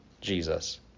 Jesus